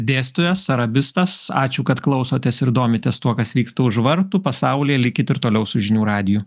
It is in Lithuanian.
dėstytojas arabistas ačiū kad klausotės ir domitės tuo kas vyksta už vartų pasaulyje likit ir toliau su žinių radiju